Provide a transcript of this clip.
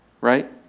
Right